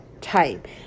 type